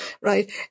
right